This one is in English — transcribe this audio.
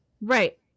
Right